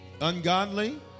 ungodly